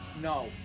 No